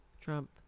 Trump